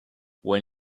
when